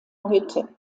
heute